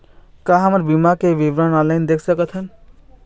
का हमर बीमा के विवरण ऑनलाइन देख सकथन?